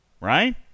right